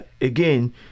again